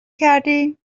کردی